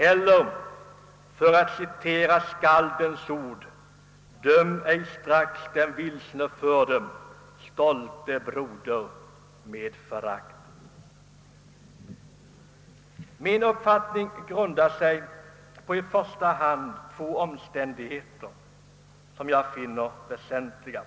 Eller för att citera skaldens ord: »Döm ej strax den vilseförde, stolte broder, med förakt ———.» Min uppfattning grundar sig i första hand på två omständigheter som jag finner väsentliga.